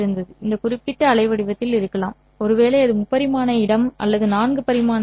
இந்த குறிப்பிட்ட அலைவடிவத்தில் இருக்கலாம் ஒருவேளை அது முப்பரிமாண இடம் அல்லது நான்கு பரிமாண இடைவெளி